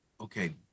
okay